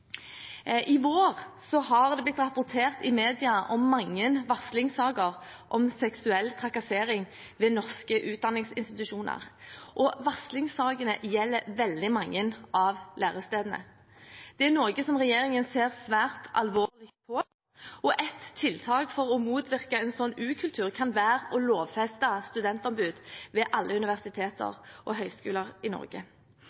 I vår har det blitt rapportert til media om mange varslingssaker om seksuell trakassering ved norske utdanningsinstitusjoner, og varslingssakene gjelder veldig mange av lærestedene. Det er noe regjeringen ser svært alvorlig på, og et tiltak for å motvirke en slik ukultur kan være å lovfeste studentombud ved alle